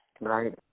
Right